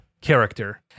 character